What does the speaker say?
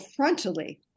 frontally